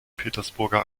petersburger